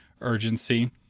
urgency